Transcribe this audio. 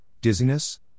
dizziness